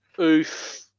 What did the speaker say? Oof